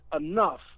enough